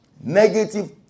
Negative